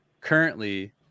currently